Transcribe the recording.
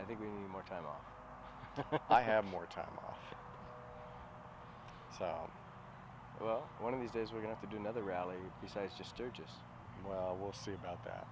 i think we need more time off i have more time well one of these days we're going to do another rally besides just or just well we'll see about